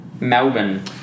Melbourne